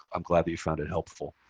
i'm glad you found it helpful.